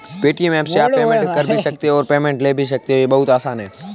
Paytm app से आप payment कर भी सकते हो और पेमेंट ले भी सकते हो, ये बहुत आसान है